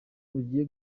bugiye